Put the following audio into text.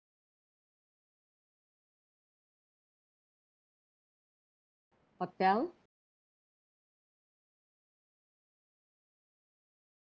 hotel